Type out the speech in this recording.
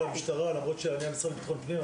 למרות שאני מהמשרד לביטחון הפנים,